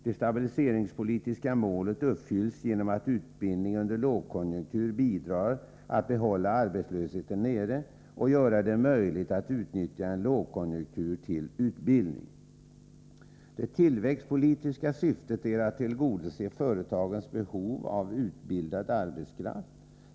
Det stabiliseringspolitiska målet uppfylls genom att utbildningen under en lågkonjunktur bidrar till att hålla arbetslösheten nere och göra det möjligt att utnyttja en lågkonjunktur till utbildning. Det tillväxtpolitiska syftet är att tillgodose företagens behov av utbildad arbetskraft.